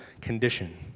condition